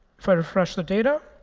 if i refresh the data,